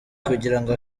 kugirango